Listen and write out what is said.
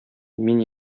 мин